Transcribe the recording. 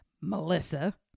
Melissa